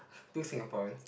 two Singaporeans